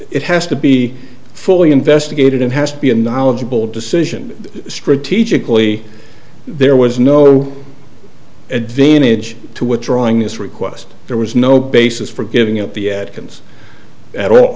it has to be fully investigated it has to be a knowledgeable decision strategically there was no advantage to withdrawing this request there was no basis for giving up the atkins at all